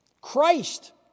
Christ